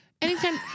anytime